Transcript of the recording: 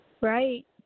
Right